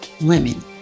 women